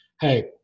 Hey